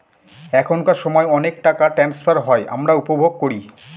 এখনকার সময় অনেক টাকা ট্রান্সফার হয় আমরা উপভোগ করি